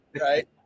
Right